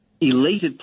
elated